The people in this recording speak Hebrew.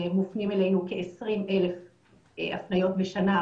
ומופנים אלינו כ-20,000 הפניות בשנה,